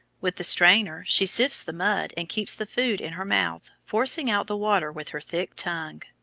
with the strainer she sifts the mud and keeps the food in her mouth, forcing out the water with her thick tongue.